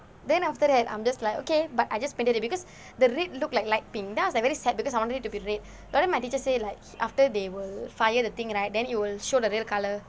then after that I'm just like okay but I just painted it because the red look like light pink then I was like very sad because I wanted it to be red but then my teacher say like after they will fire the thing right then it will show the real colour